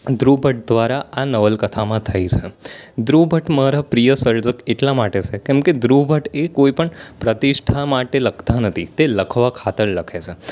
ધ્રુવ ભટ્ટ દ્વારા આ નવલકથામાં થઈ છે ધ્રુવ ભટ્ટ મારા પ્રિય સર્જક એટલા માટે છે કેમ કે ધ્રુવ ભટ્ટ એ કોઈ પણ પ્રતિષ્ઠા માટે લખતા નથી તે લખવા ખાતર લખે છે